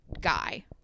guy